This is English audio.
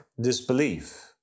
disbelief